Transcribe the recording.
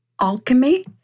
alchemy